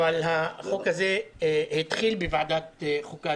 אבל החוק הזה התחיל בוועדת חוקה,